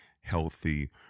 healthy